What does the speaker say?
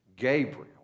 Gabriel